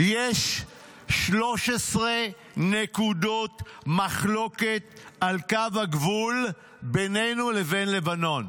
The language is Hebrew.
יש 13 נקודות מחלוקת על קו הגבול בינינו לבין לבנון,